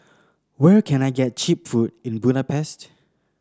where can I get cheap food in Budapest